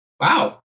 Wow